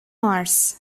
mars